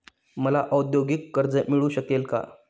मला औद्योगिक कर्ज मिळू शकेल का?